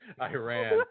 Iran